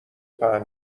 پهن